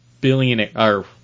billionaire